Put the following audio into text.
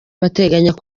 bateganyaga